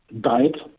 diet